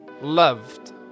Loved